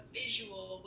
visual